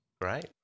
great